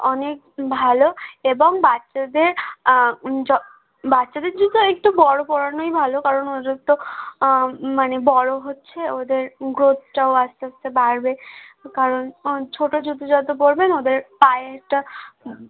অনেক ভালো এবং বাচ্চাদের য বাচ্চাদের জুতো একটু বড়ো পরানোই ভালো কারণ ওদের তো মানে বড়ো হচ্ছে ওদের গ্রোথটাও আস্তে আস্তে বাড়বে কারণ অন ছোটো জুতো যত পরবে না ওদের পায়েরটা